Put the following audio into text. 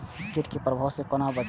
कीट के प्रभाव से कोना बचीं?